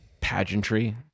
pageantry